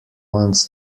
wants